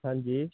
ਹਾਂਜੀ